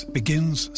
begins